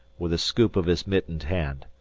with a scoop of his mittened hand.